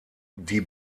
die